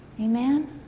Amen